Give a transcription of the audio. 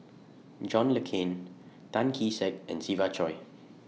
John Le Cain Tan Kee Sek and Siva Choy